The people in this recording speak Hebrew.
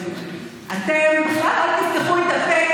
אתם בכלל אל תפתחו את הפה,